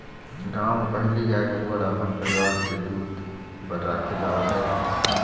गाँव म पहिली गाय गरूवा ल अपन परिवार के दूद बर राखे जावत रहिस हे